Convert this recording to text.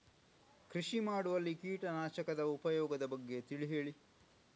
ಕೃಷಿ ಮಾಡುವಲ್ಲಿ ಕೀಟನಾಶಕದ ಉಪಯೋಗದ ಬಗ್ಗೆ ತಿಳಿ ಹೇಳಿ